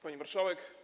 Pani Marszałek!